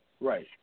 Right